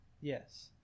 Yes